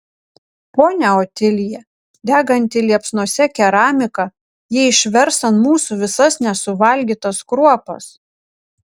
ponia otilija deganti liepsnose keramika ji išvers ant mūsų visas nesuvalgytas kruopas